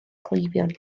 cleifion